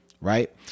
right